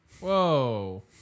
Whoa